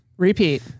Repeat